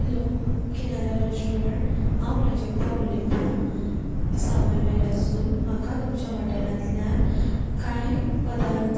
hello Kinara restaurant हांव प्राजक्ता उलयतां सावयवेऱ्यां सावन म्हाका तुमच्या हॉटेलांतल्यान कांय पदार्थ